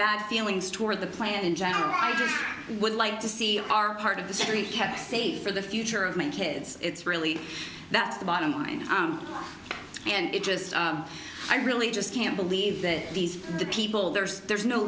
bad feelings toward the plan in general i just would like to see our part of the street kept safe for the future of my kids it's really that's the bottom line and it just i really just can't believe that these people there's there's no